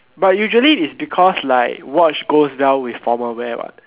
but usually is because like watch goes well with formal wear what